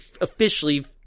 officially